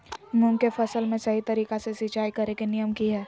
मूंग के फसल में सही तरीका से सिंचाई करें के नियम की हय?